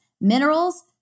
minerals